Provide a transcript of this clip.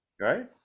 Right